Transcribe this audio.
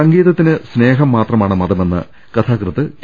സംഗീതത്തിന് സ്നേഹം മാത്രമാണ് മതമെന്ന് കഥാകൃത്ത് ടി